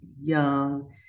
young